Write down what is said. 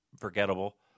forgettable